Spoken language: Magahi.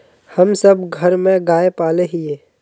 हम सब घर में गाय पाले हिये?